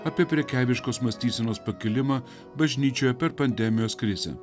apie prekeiviškos mąstysenos pakilimą bažnyčioje per pandemijos krizę